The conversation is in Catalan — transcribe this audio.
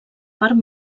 part